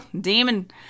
demon